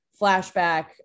flashback